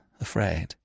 afraid